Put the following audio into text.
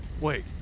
Wait